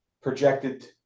projected